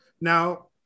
Now